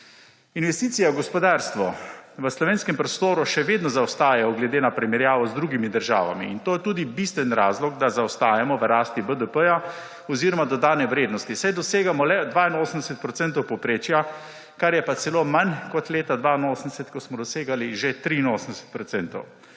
Investicije v gospodarstvo v slovenskem prostoru še vedno zaostajajo glede na primerjavo z drugimi državami in to je tudi bistven razlog, da zaostajamo v rasti BDP oziroma dodane vrednosti, saj dosegamo le 82 procentov povprečja, kar je pa celo manj kot leta 1982, ko smo dosegali že 83